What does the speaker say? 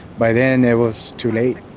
by then, it was too late,